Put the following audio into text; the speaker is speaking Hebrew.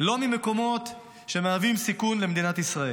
לא ממקומות שמהווים סיכון למדינת ישראל.